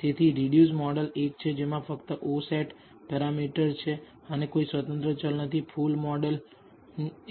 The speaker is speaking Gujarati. તેથી રિડ્યુસડ મોડલ એક છે જેમાં ફક્ત o સેટ પેરામીટર છે અને કોઈ સ્વતંત્ર ચલ નથી ફુલ મોડલ